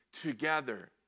together